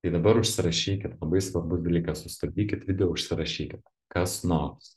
tai dabar užsirašykit labai svarbus dalykas sustabdykit video užsirašykit kas nors